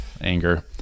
Anger